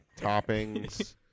Toppings